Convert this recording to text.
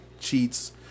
cheats